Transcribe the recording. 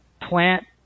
plant